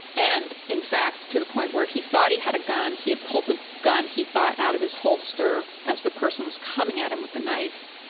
and in fact, to the point where he thought he had a gun, he had pulled the gun, he thought, out of his holster as the person was coming at him with a knife.